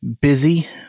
busy